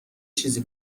چیزی